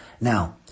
Now